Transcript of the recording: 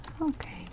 Okay